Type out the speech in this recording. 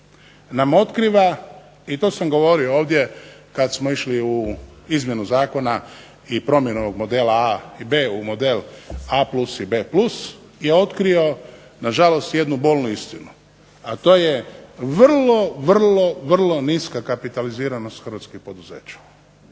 nam otkriva, i to sam govorio ovdje kada smo išli u promjenu zakona i promjenu Modela A. i B. u Model A+ i B+ je otkrio na žalost jednu bolnu istinu to je vrlo, vrlo niska kapitaliziranost Hrvatskih poduzeća.